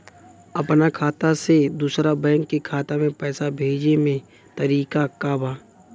अपना खाता से दूसरा बैंक के खाता में पैसा भेजे के तरीका का बा?